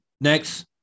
next